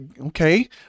okay